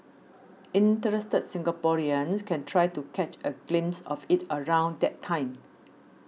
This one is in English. interested Singaporeans can try to catch a glimpse of it around that time